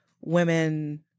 women